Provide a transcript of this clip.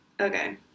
Okay